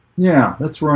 yeah, that's right